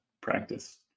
practice